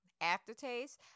aftertaste